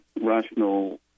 rational